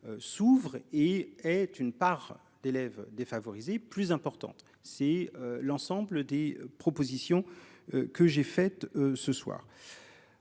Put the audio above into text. s'ouvre et être une part d'élèves défavorisés plus importante si l'ensemble des propositions que j'ai fait ce soir.